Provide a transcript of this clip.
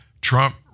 Trump